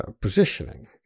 positioning